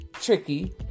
tricky